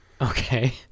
okay